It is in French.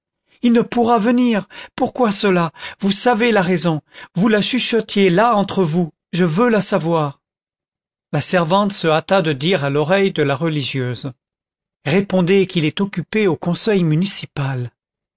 il ne pourra venir pourquoi cela vous savez la raison vous la chuchotiez là entre vous je veux la savoir la servante se hâta de dire à l'oreille de la religieuse répondez qu'il est occupé au conseil municipal